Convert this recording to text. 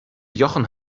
jochen